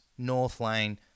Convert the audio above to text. Northlane